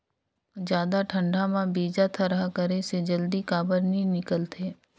जादा ठंडा म बीजा थरहा करे से जल्दी काबर नी निकलथे?